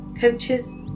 coaches